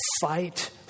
fight